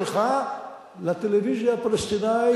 שלך לטלוויזיה הפלסטינית,